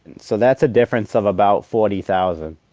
so that's a difference of about forty thousand